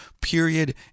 period